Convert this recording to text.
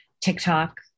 TikTok